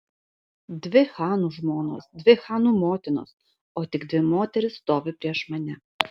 dvi chanų žmonos dvi chanų motinos o tik dvi moterys stovi prieš mane